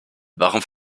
warum